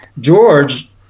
George